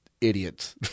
idiots